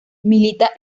milita